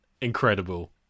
incredible